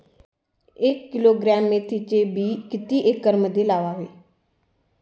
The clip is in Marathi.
एक किलोग्रॅम मेथीचे बी किती एकरमध्ये लावावे?